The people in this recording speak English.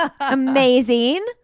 Amazing